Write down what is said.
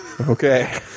Okay